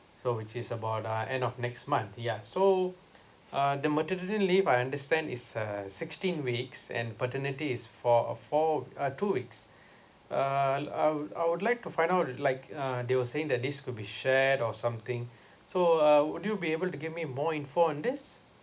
so which is about the end of next month yeah so uh the maternity leave I understand is uh sixteen weeks and paternity is for a four uh two weeks uh I would I would like to find out like uh they were saying that this could be shared or something so uh would you be able to give me more info on this